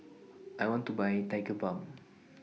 I want to Buy Tigerbalm